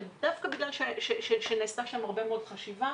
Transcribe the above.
דווקא בגלל שנעשתה שם הרבה מאוד חשיבה.